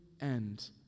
end